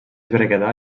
berguedà